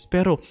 Pero